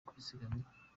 kwizigamira